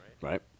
Right